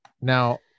Now